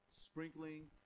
Sprinkling